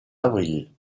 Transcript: avril